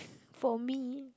for me